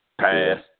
Pass